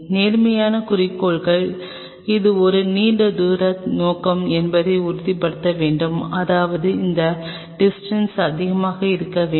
நேர்மையான குறிக்கோளில் இது ஒரு நீண்ட தூர நோக்கம் என்பதை உறுதிப்படுத்த வேண்டும் அதாவது இந்த டிஸ்டன்ஸ் அதிகமாக இருக்க வேண்டும்